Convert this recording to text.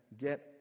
get